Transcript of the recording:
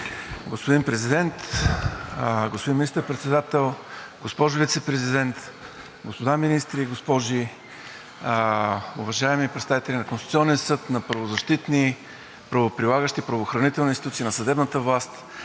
господин Президент, господин Министър-председател, госпожо Вицепрезидент, господа и госпожи министри, уважаеми представители на Конституционния съд, на правозащитни, правоприлагащи, правоохранителни институции, на съдебната власт,